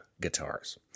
guitars